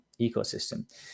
ecosystem